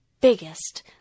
biggest